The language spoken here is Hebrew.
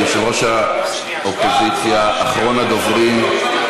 יושב-ראש האופוזיציה, אחרון הדוברים.